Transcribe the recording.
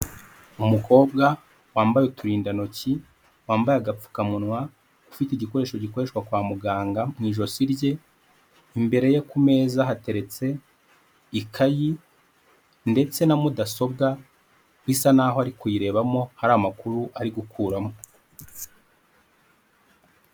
Umukobwa wambaye uturindantoki wambaye agapfukamunwa ufite igikoresho gikoreshwa kwa muganga mu ijosi rye, imbere ye ku meza hateretse ikayi ndetse na mudasobwa bisa n'aho ari kuyirebamo hari amakuru ari gukuramo.